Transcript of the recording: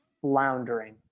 floundering